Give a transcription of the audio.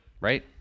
Right